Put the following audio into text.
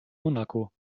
monaco